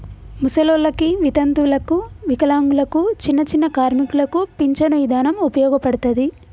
ముసలోల్లకి, వితంతువులకు, వికలాంగులకు, చిన్నచిన్న కార్మికులకు పించను ఇదానం ఉపయోగపడతది